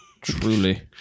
Truly